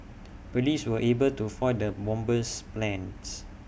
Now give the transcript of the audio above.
Police were able to foil the bomber's plans